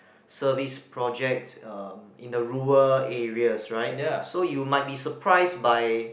service project um in the rural areas right so you might be surprised by